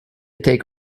take